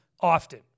often